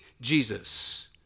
Jesus